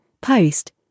post